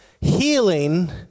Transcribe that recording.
healing